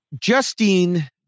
Justine